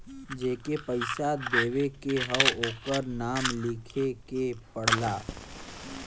जेके पइसा देवे के हौ ओकर नाम लिखे के पड़ला